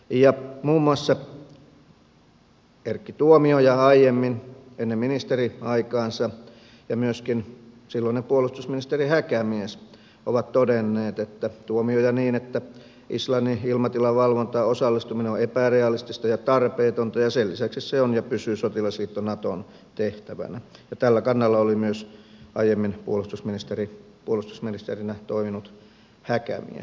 muun muassa erkki tuomioja aiemmin ennen ministeriaikaansa ja myöskin silloinen puolustusministeri häkämies ovat tästä todenneet tuomioja niin että islannin ilmatilavalvontaan osallistuminen on epärealistista ja tarpeetonta ja sen lisäksi se on ja pysyy sotilasliitto naton tehtävänä ja tällä kannalla oli myös aiemmin puolustusministerinä toiminut häkämies